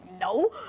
no